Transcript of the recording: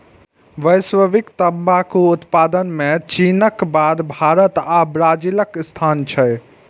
वैश्विक तंबाकू उत्पादन मे चीनक बाद भारत आ ब्राजीलक स्थान छै